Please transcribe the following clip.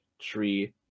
tree